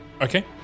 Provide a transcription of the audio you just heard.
Okay